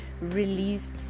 released